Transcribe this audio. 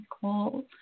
Call